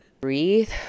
Breathe